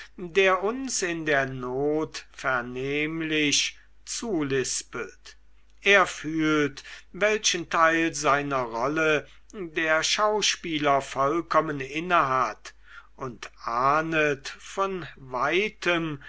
der uns in der not vernehmlich zulispelt er fühlt welchen teil seiner rolle der schauspieler vollkommen innehat und ahnet von weitem